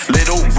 Little